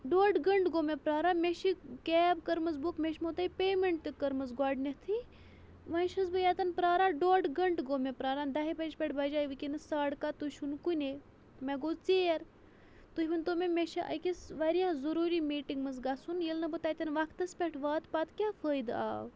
ڈۄڈ گٲنٛٹہٕ گوٚو مےٚ پیٛاران مےٚ چھِ کیب کٔرمٕژ بُک مےٚ چھِ مو تۄہہِ پیمٮ۪نٛٹ تہِ کٔرمٕژ گۄڈٕنٮ۪تھٕے وۄنۍ چھَس بہٕ ییٚتٮ۪ن پیٛاران ڈۄڈ گٲنٛٹہٕ گوٚو مےٚ پیٛاران دَہہِ بَجہِ پٮ۪ٹھ بَجاے وٕنۍکٮ۪نَس ساڑٕ کَہہ تُہۍ چھُو نہٕ کُنے مےٚ گوٚو ژیر تُہۍ ؤنۍتو مےٚ مےٚ چھےٚ أکِس واریاہ ضٔروٗری میٖٹِنٛگ منٛز گژھُن ییٚلہِ نہٕ بہٕ تَتٮ۪ن وَقتَس پٮ۪ٹھ واتہٕ پَتہٕ کیٛاہ فٲیدٕ آو